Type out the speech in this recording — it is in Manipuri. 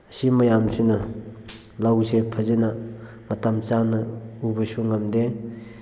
ꯑꯁꯤ ꯃꯌꯥꯝ ꯑꯁꯤꯅ ꯂꯧꯁꯦ ꯐꯖꯅ ꯃꯇꯥꯥꯥꯝ ꯆꯥꯅꯥ ꯎꯕꯁꯨ ꯉꯝꯗꯦ